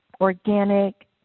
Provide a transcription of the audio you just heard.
organic